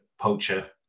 poacher